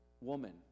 woman